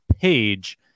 Page